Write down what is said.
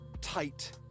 tight